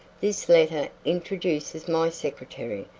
this letter introduces my secretary,